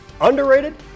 Underrated